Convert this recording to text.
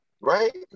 Right